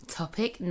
topic